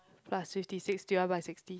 plus fifty six divide by sixty